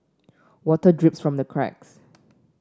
water drips from the cracks